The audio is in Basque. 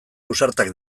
ausartak